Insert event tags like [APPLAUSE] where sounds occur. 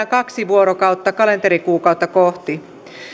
[UNINTELLIGIBLE] kaksi vuorokautta kalenterikuukautta kohti